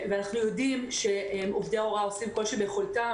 אנחנו יודעים שעובדי הוראה עושים כל שביכולתם